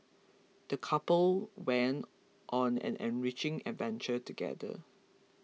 the couple went on an enriching adventure together